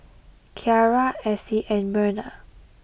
Kyara Essie and Myrna